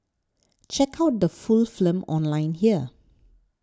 check out the full film online here